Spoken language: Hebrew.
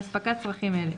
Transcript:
להספקת צרכים אלה,